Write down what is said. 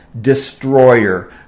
destroyer